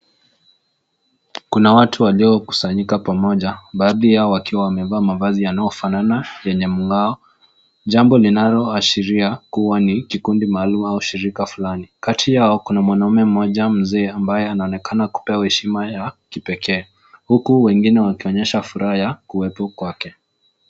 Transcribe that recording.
Kuna watu waliokusanyika pamoja baadhi yao wakiwa wamevaa mavazi yanayofanana yenye mng'ao. Jambo linaloashiria kuwa ni kikundi maalum au shirika fulani. Kati yao kuna mwanume mmoja huenda mzee ambaye anaonekana kupewa heshima ya kipekee. Huku wengine wakionyesha furaha ya kuwepo kwake.